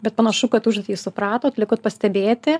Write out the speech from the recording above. bet panašu kad užduotį supratot likot pastebėti